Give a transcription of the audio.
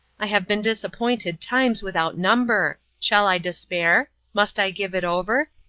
i have been disappointed times without number. shall i despair must i give it over?